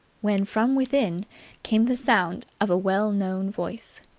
when from within came the sound of a well-known voice.